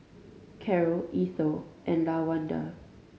Karol Ethel and Lawanda